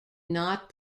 not